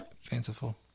Fanciful